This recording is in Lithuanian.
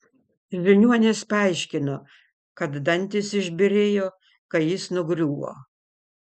žiniuonis paaiškino kad dantys išbyrėjo kai jis nugriuvo